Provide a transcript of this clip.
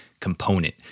component